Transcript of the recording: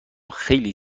خیلی